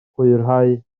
hwyrhau